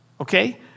okay